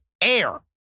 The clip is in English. air